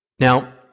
Now